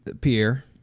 Pierre